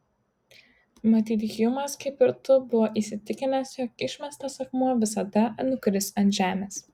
matyt hjumas kaip ir tu buvo įsitikinęs jog išmestas akmuo visada nukris ant žemės